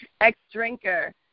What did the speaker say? ex-drinker